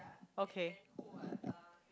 okay